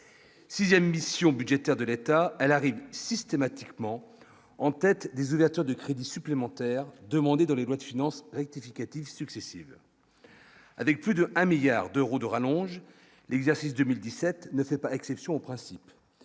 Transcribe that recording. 6ème mission budgétaire de l'État, elle arrive systématiquement en tête des ouvertures de crédits supplémentaires demandés dans les lois de finances rectificatives successives. Avec plus d'un milliard d'euros de rallonge l'exercice 2017 ne fait pas exception au principe